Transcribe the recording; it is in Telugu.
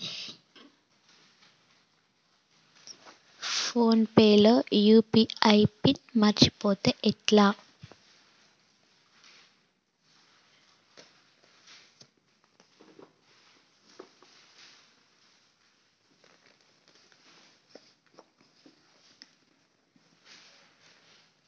ఫోన్ పే లో యూ.పీ.ఐ పిన్ మరచిపోతే ఎట్లా?